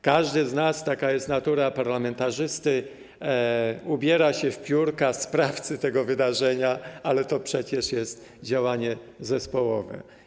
Każdy z nas, taka jest natura parlamentarzysty, stroi się w piórka sprawcy tego wydarzenia, ale to przecież jest działanie zespołowe.